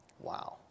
Wow